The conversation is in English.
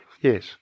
Yes